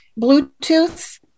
Bluetooth